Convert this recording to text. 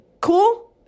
cool